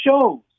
shows